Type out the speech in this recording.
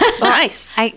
Nice